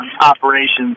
operations